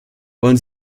wollen